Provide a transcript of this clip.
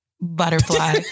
butterfly